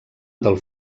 del